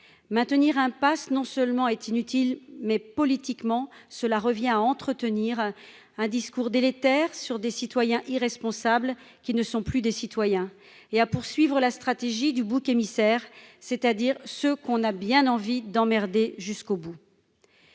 maintenir un passe, mais, politiquement, cela revient en plus à entretenir un discours délétère sur des « citoyens irresponsables qui ne sont plus des citoyens » et à poursuivre la stratégie du bouc émissaire, dirigée contre ceux qu'on a bien envie d'« emmerder » jusqu'au bout.